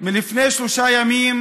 לפני שלושה ימים